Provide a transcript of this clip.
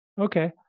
Okay